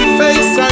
face